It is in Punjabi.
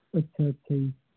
ਅੱਛਾ ਅੱਛਾ ਜੀ